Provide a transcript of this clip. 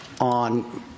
on